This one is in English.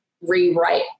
rewrite